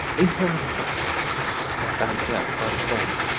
in her buttocks i found it out by the bogs.